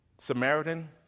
Samaritan